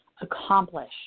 accomplish